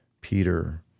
Peter